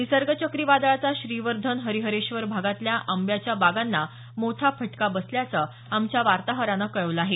निसर्ग चक्रीवादळाचा श्रीवर्धन हरिहरेश्वर भागातल्या आंब्यांच्या बागांना मोठा फटका बसल्याचं आमच्या वार्ताहरानं कळवलं आहे